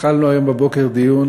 התחלנו היום בבוקר דיון